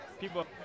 people